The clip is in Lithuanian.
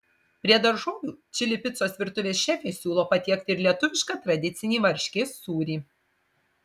prie daržovių čili picos virtuvės šefė siūlo patiekti ir lietuvišką tradicinį varškės sūrį